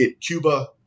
Cuba